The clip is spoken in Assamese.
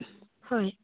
হয়